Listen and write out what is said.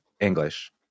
English